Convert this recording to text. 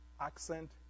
accent